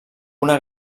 una